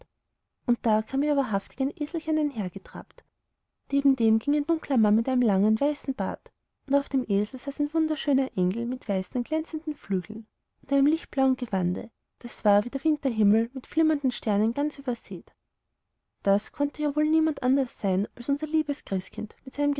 und da kam ja wahrhaftig ein eselein einhergetrabt neben dem ging ein dunkler mann mit einem langen weißen bart und auf dem esel saß ein wunderschöner engel mit weißen glänzenden flügeln und einem lichtblauen gewande das war wie der winterhimmel mit flimmernden sternen ganz übersät das konnte ja wohl niemand anders sein als unser liebes christkind mit seinem